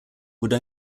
would